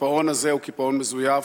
והקיפאון הזה הוא קיפאון מזויף,